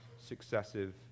successive